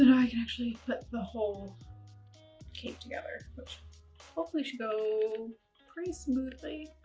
and i can actually put the whole cape together which hopefully should go pretty smoothly,